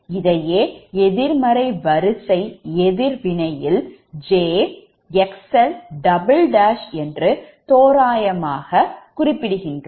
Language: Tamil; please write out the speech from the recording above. இதையே எதிர்மறை வரிசை எதிர்வினைல் jXl என்று தோராயமாக குறிப்பிடுகின்றோம்